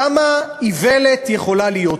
כמה איוולת יכולה להיות פה?